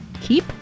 Keep